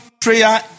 prayer